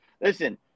listen